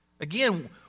Again